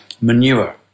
manure